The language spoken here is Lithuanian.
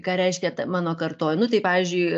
ką reiškia mano kartoj nu tai pavyzdžiui